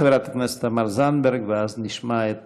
חברת הכנסת תמר זנדברג, ואז נשמע את